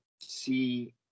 see